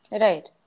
Right